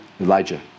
Elijah